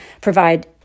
provide